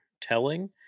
telling